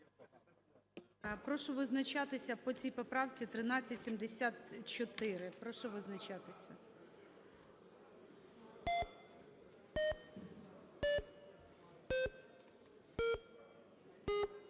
Прошу визначатися по ці поправці,